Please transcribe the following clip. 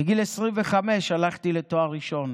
בגיל 25 הלכתי לתואר ראשון